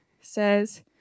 says